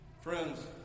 Friends